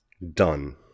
done